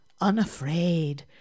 unafraid